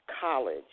college